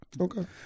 Okay